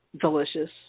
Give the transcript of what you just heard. delicious